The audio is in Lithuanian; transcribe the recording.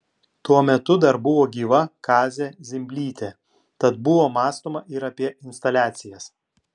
tuo metu dar buvo gyva kazė zimblytė tad buvo mąstoma ir apie instaliacijas